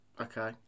okay